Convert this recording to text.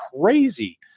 crazy